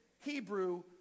Hebrew